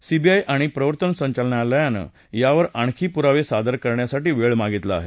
CBI आणि प्रवर्तन संचालनालयानं यावर आणखी पुरावे सादर करण्यासाठी वेळ मागितला आहे